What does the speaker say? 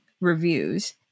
reviews